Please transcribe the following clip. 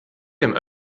dem